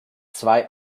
zwei